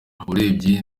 urebye